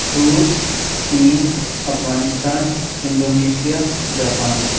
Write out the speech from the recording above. روس چین Afghanistan Indonesia Japan